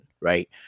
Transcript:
right